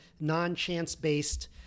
non-chance-based